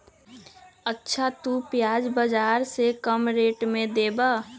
अच्छा तु प्याज बाजार से कम रेट में देबअ?